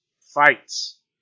fights